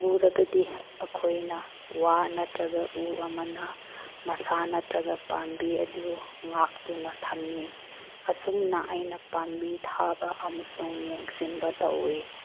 ꯎꯔꯒꯗꯤ ꯑꯩꯈꯣꯏꯅ ꯋꯥ ꯅꯠꯇ꯭ꯔꯒ ꯎ ꯑꯃꯅ ꯃꯁꯥ ꯅꯠꯇ꯭ꯔꯒ ꯄꯥꯝꯕꯤ ꯑꯗꯨ ꯉꯥꯛꯇꯨꯅ ꯊꯝꯃꯤ ꯑꯁꯨꯝꯅ ꯑꯩꯅ ꯄꯥꯝꯕꯤ ꯊꯥꯕ ꯑꯃꯁꯨꯡ ꯌꯦꯡꯁꯤꯟꯕ ꯇꯧꯏ